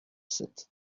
sept